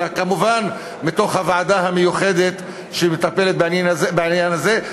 אלא כמובן מתוך הוועדה המיוחדת שמטפלת בעניין הזה.